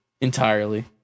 entirely